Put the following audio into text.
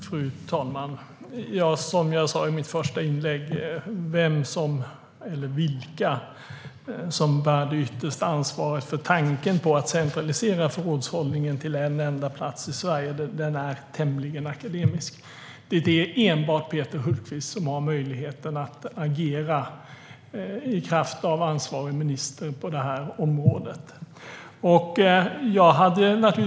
Fru talman! Som jag sa i mitt första inlägg är vem eller vilka som bär det yttersta ansvaret för tanken på att centralisera förrådshållningen till en enda plats i Sverige tämligen akademisk. Det är enbart Peter Hultqvist som i kraft av ansvarig minister har möjlighet att agera på detta område.